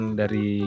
dari